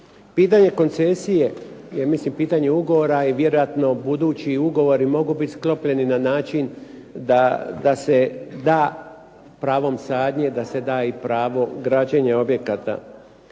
Pitanje koncesije je mislim pitanje ugovora i vjerojatno budući ugovori mogu biti sklopljeni na način da se da pravom sadnje, da se da i pravo građenja objekata.